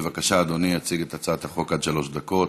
בבקשה, אדוני יציג את הצעת החוק, עד שלוש דקות.